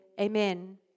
Amen